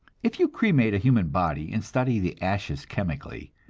if you cremate a human body and study the ashes chemically,